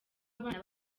abana